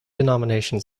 denomination